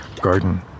garden